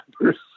members